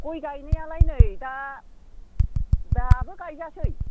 गय गायनायालाय नै दा दाबो गायजासै